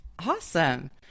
Awesome